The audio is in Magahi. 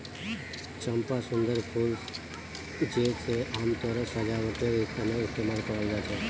चंपा सुंदर फूल छे जे आमतौरत सजावटेर तने इस्तेमाल कराल जा छे